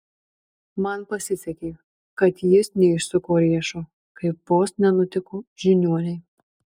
man pasisekė kad jis neišsuko riešo kaip vos nenutiko žiniuonei